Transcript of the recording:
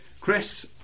Chris